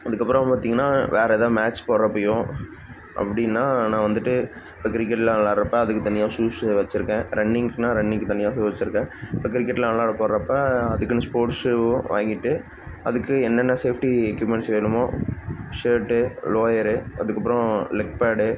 அதுக்கப்புறம் பார்த்திங்கனா வேறு எதாவது மேட்ச் போகிறப்பையும் அப்படின்னா நான் வந்துட்டு இப்போ கிரிக்கெட்டெல்லாம் விளையாட்றப்ப அதுக்கு தனியாக ஷூஸ்ஸு வெச்சுருக்கேன் ரன்னிங்குன்னால் ரன்னிங்கு தனியாக ஷூ வெச்சுருக்கேன் இப்போ கிரிக்கெட்டெலாம் விளையாட போகிறப்ப அதுக்குன்னு ஸ்போர்ட்ஸ் ஷூவும் வாங்கிட்டு அதுக்கு என்னென்ன சேஃப்டி எக்யூப்மெண்ட்ஸ் வேணுமோ ஷேர்ட்டு லோயரு அதுக்கப்புறம் லெக் பேடு